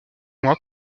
mois